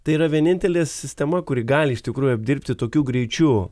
tai yra vienintelė sistema kuri gali iš tikrųjų apdirbti tokiu greičiu